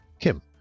Kim